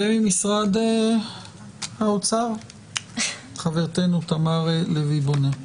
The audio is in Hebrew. וממשרד האוצר חברתנו תמר לוי בונה.